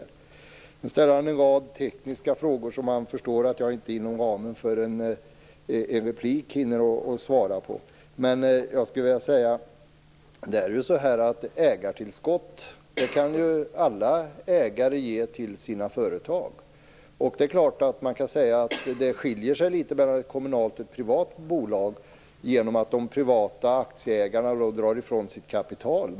Jerry Martinger ställde en rad tekniska frågor som han förstår att jag inom ramen för en replik hinner svara på. Men jag vill säga att alla ägare kan ge ägartillskott till sina företag. Det är klart att man kan säga att det skiljer sig en del mellan ett kommunalt bolag och ett privat bolag genom att aktieägarna i ett privat bolag drar ifrån sitt kapital.